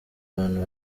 bantu